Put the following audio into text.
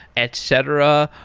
etc,